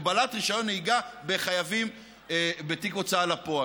הגבלת רישיון נהיגה לחייבים בתיק הוצאה לפועל.